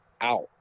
out